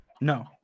No